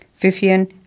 Vivian